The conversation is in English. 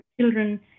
children